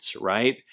right